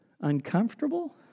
uncomfortable